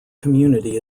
community